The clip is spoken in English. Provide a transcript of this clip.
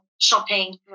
shopping